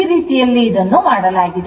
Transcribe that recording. ಈ ರೀತಿಯಲ್ಲಿ ಇದನ್ನು ಮಾಡಲಾಗಿದೆ